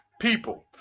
people